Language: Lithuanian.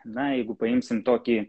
na jeigu paimsim tokį